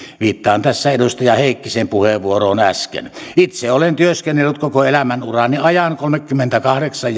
viittaan tässä edustaja heikkisen puheenvuoroon äsken itse olen työskennellyt koko elämänurani ajan kolmekymmentäkahdeksan